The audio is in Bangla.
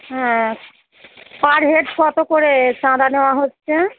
হ্যাঁ পার হেড কতো করে চাঁদা নেওয়া হচ্ছে